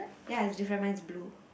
ya it's different my is blue